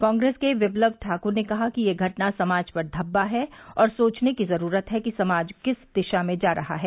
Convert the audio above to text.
कांग्रेस के विप्लव ठाकुर ने कहा कि यह घटना समाज पर धब्बा है और सोचने की जरूरत है कि समाज किस दिशा में जा रहा है